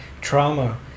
trauma